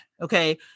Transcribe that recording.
okay